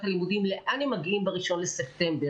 הלימודים ולאן הם מגיעים בראשון לספטמבר.